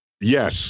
Yes